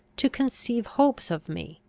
to conceive hopes of me,